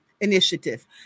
initiative